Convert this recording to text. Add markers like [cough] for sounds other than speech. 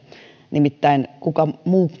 nimittäin [unintelligible] ei kukaan muu